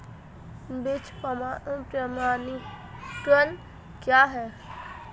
बीज प्रमाणीकरण क्या है?